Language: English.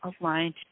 aligned